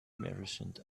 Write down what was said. merchant